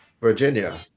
Virginia